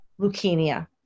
leukemia